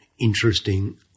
interesting